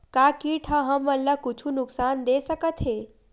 का कीट ह हमन ला कुछु नुकसान दे सकत हे?